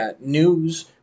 news